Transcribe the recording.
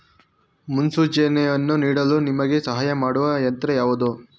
ಮುನ್ಸೂಚನೆಯನ್ನು ನೀಡಲು ನಿಮಗೆ ಸಹಾಯ ಮಾಡುವ ಯಂತ್ರ ಯಾವುದು?